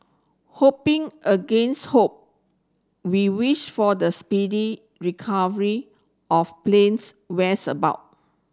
hoping against hope we wish for the speedy recovery of plane's where's about